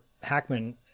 Hackman